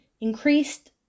increased